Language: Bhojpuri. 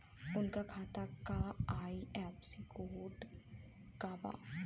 उनका खाता का आई.एफ.एस.सी कोड का बा?